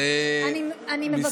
אני מבקשת.